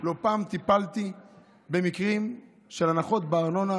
לא פעם טיפלתי במקרים של הנחות בארנונה